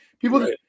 people